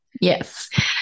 Yes